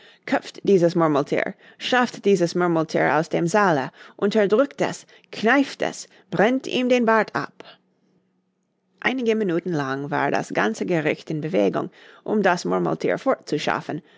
köpft dieses murmelthier schafft dieses murmelthier aus dem saale unterdrückt es kneift es brennt ihm den bart ab einige minuten lang war das ganze gericht in bewegung um das murmelthier